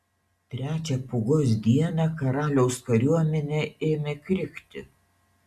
trečią pūgos dieną karaliaus kariuomenė ėmė krikti